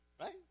Right